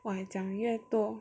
!wah! 讲越多